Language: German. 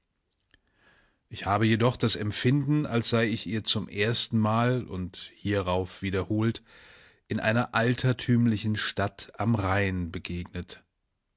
ich habe jedoch das empfinden als sei ich ihr zum ersten mal und hierauf wiederholt in einer altertümlichen stadt am rhein begegnet